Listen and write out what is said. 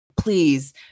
please